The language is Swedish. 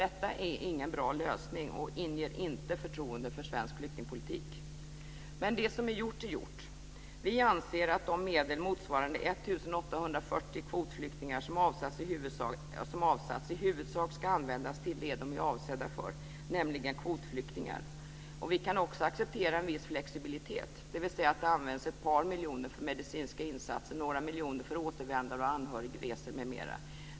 Detta är ingen bra lösning och inger inte förtroende för svensk flyktingpolitik. Men det som är gjort är gjort.